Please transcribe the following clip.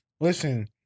listen